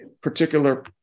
particular